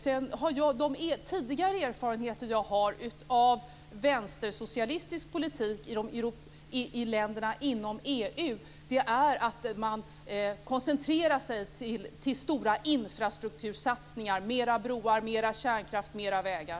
De tidigare erfarenheter jag har av vänstersocialistisk politik i länderna inom EU är att man koncentrerar sig på stora infrastruktursatsningar, dvs. flera broar, mera kärnkraft och flera vägar.